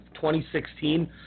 2016